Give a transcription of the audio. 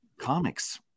Comics